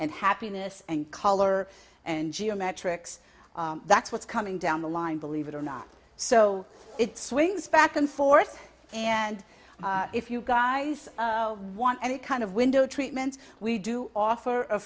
and happiness and color and geometrics that's what's coming down the line believe it or not so it swings back and forth and if you guys want any kind of window treatment we do offer a